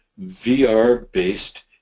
VR-based